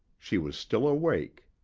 she was still awake.